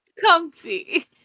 comfy